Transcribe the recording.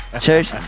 Church